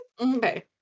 Okay